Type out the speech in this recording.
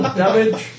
damage